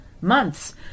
Months